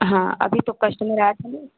हाँ अभी तो कश्टमर आया था न